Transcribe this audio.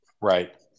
Right